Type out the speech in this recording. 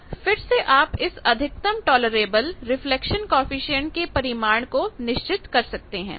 अब फिर से आप इस अधिकतम टॉलरेबल रिफ्लेक्शन कॉएफिशिएंट के परिमाण को निश्चित कर सकते हैं